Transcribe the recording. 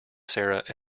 sarah